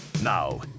Now